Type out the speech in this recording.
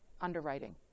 underwriting